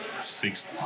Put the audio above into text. Six